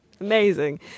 Amazing